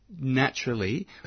naturally